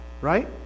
right